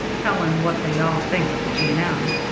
telling what they all think of the g. and m.